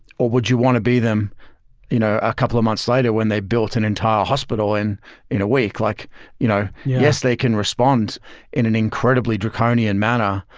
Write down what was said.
or would you want to be them you know a couple of months later when they built an entire hospital and in a week? like you know yes, they can respond in an incredibly draconian manner,